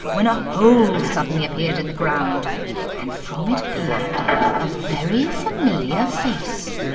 when a hole suddenly appeared in the ground and from it appeared a very familiar face.